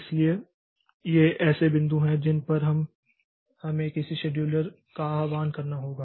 इसलिए ये ऐसे बिंदु हैं जिन पर हमें किसी शेड्यूलर का आह्वान करना होगा